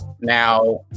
Now